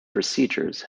procedures